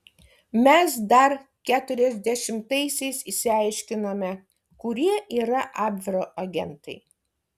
mes dar keturiasdešimtaisiais išsiaiškinome kurie yra abvero agentai